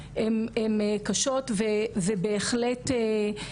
וגם את זה עוד יחקרו ויבינו את ההשלכות.